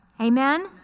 Amen